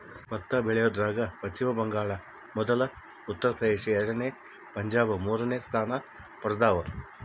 ಭತ್ತ ಬೆಳಿಯೋದ್ರಾಗ ಪಚ್ಚಿಮ ಬಂಗಾಳ ಮೊದಲ ಉತ್ತರ ಪ್ರದೇಶ ಎರಡನೇ ಪಂಜಾಬ್ ಮೂರನೇ ಸ್ಥಾನ ಪಡ್ದವ